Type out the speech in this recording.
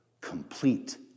complete